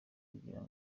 kugira